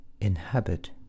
inhabit